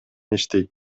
иштейт